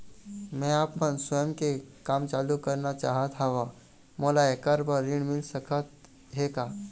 मैं आपमन स्वयं के काम चालू करना चाहत हाव, मोला ऐकर बर ऋण मिल सकत हे का?